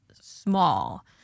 small